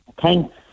Thanks